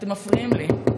אתם מפריעים לי.